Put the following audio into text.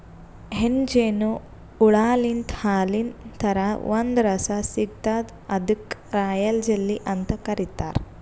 ಹೆಣ್ಣ್ ಜೇನು ಹುಳಾಲಿಂತ್ ಹಾಲಿನ್ ಥರಾ ಒಂದ್ ರಸ ಸಿಗ್ತದ್ ಅದಕ್ಕ್ ರಾಯಲ್ ಜೆಲ್ಲಿ ಅಂತ್ ಕರಿತಾರ್